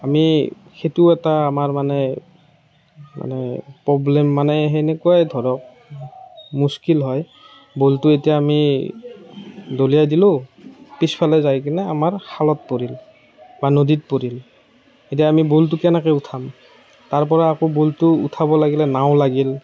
আমি সেইটো এটা আমাৰ মানে মানে প্ৰব্লেম মানে সেনেকুৱাই ধৰক মস্কিল হয় বলটো এতিয়া আমি দলিয়াই দিলোঁ পিছফালে যাইকেনে আমাৰ খালত পৰিল বা নদীত পৰিল এতিয়া আমি বলটো কেনেকৈ উঠাম তাৰপৰা আকৌ বলটো উঠাব লাগিলে নাও লাগিল